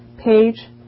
page